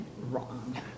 wrong